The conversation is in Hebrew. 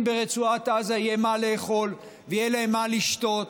ברצועת עזה יהיה מה לאכול ויהיה להם מה לשתות,